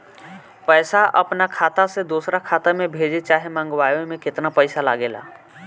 पैसा अपना खाता से दोसरा खाता मे भेजे चाहे मंगवावे में केतना पैसा लागेला?